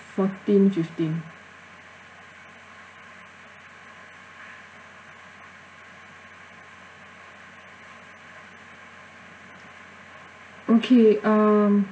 fourteen fifteen okay um